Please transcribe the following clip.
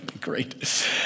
great